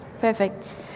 Perfect